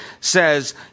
says